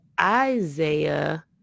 Isaiah